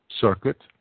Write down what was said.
circuit